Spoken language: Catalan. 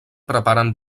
preparen